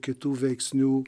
kitų veiksnių